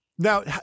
Now